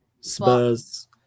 Spurs